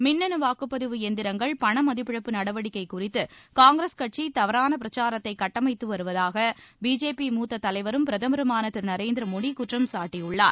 மின்னனு வாக்குப்பதிவு எந்திரங்கள் பண மதிப்பிழப்பு நடவடிக்கை குறித்து காங்கிரஸ் கட்சி தவறான பிரச்சாரத்தை கட்டமைத்து வருவதாக பிஜேபி மூத்த தலைவரும் பிரதமருமான திரு நரேந்திர மோடி குற்றம் சாட்டியுள்ளார்